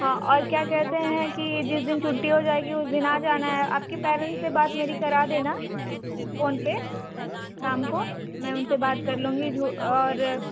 हाँ और क्या कहते हैं कि जिस दिन छुट्टी हो जाएगी उस दिन आ जाना है आपके पैरेन्ट्स से बात मेरी करा देना फ़ोन पर शाम को मैं उन से बात कर लूँगी और